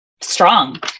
strong